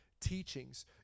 teachings